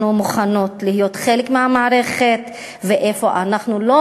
מוכנות להיות חלק מהמערכת ואיפה אנחנו לא